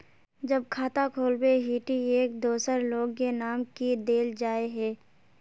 जब खाता खोलबे ही टी एक दोसर लोग के नाम की देल जाए है?